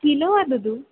kilo वदतु